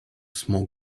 smoke